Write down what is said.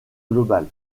globale